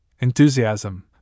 enthusiasm